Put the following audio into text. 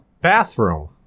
bathroom